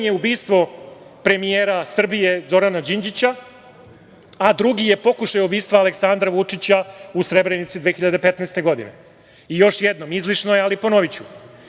je ubistvo premijera Srbije Zorana Đinđića, a drugi je pokušaj ubistva Aleksandra Vučića u Srebrenici 2015. godine. Još jednom, izlišno je ali ponoviću.